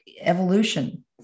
evolution